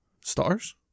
stars